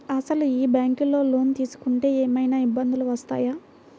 అసలు ఈ బ్యాంక్లో లోన్ తీసుకుంటే ఏమయినా ఇబ్బందులు వస్తాయా?